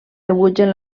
rebutgen